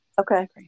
Okay